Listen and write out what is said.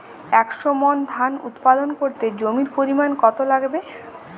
একশো মন ধান উৎপাদন করতে জমির পরিমাণ কত লাগবে?